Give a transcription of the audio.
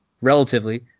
relatively